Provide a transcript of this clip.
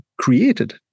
created